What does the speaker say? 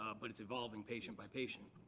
but it's evolving patient by patient.